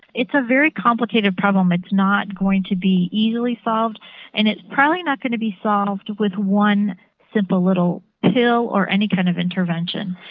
it's a very complicated problem that's not going to be easily solved and it's probably not going to be solved with one simple little pill or any kind of intervention.